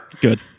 Good